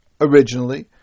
originally